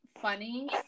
funny